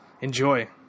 Enjoy